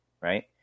Right